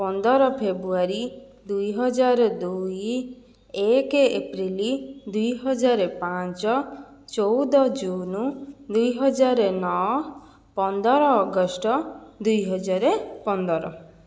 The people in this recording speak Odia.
ପନ୍ଦର ଫେବୃଆରୀ ଦୁଇହଜାର ଦୁଇ ଏକ ଅପ୍ରିଲ ଦୁଇ ହଜାର ପାଞ୍ଚ ଚଉଦ ଜୁନୁ ଦୁଇ ହଜାର ନଅ ପନ୍ଦର ଅଗଷ୍ଟ ଦୁଇ ହଜାର ପନ୍ଦର